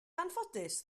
anffodus